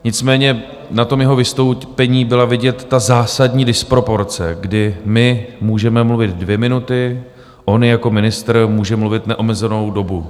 Nicméně na tom jeho vystoupení byla vidět ta zásadní disproporce, kdy my můžeme mluvit dvě minuty, on jako ministr může mluvit neomezenou dobu.